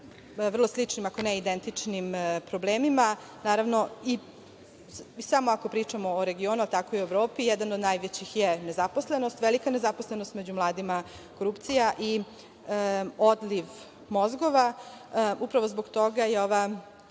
vrlo sličnim, ako ne identičnim problemima, naravno, samo ako pričamo o regionu, a tako i u Evropi, jedan od najvećih je nezaposlenost, velika nezaposlenost među mladima, korupcija i odliv mozgova. Upravo zbog toga je ova